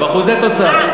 לא, לא, באחוזי תוצר.